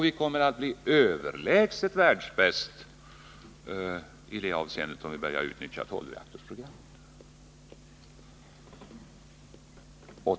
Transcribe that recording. Vi kommer att bli överlägset världsbäst i det avseendet, om vi börjar utnyttja tolvreaktorsprogrammet.